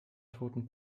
toten